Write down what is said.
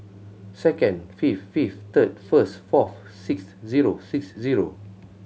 second fifth fifth third first fourth six zero six zero